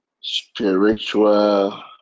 spiritual